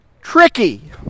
tricky